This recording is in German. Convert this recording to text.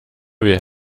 wir